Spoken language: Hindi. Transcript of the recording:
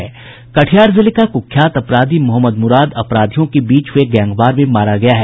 कटिहार जिले का कुख्यात अपराधी मोहम्मद मुराद अपराधियों के बीच हुए गैंगवार में मारा गया है